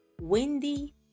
windy